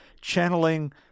channeling